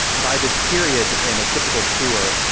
by this period in a typical tour,